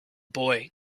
boy